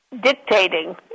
dictating